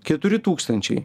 keturi tūkstančiai